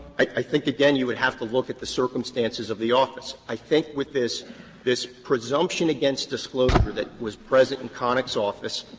i think, again, you would have to look at the circumstances of the office. i think with this this presumption against disclosure that was present in connick's office,